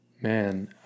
Man